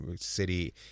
city